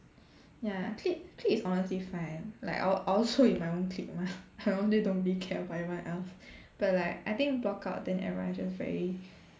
ya cli~ clique is honestly fine like I a~ I also in my own clique mah I don't really care about everyone else but like I think blockout then everyone is just very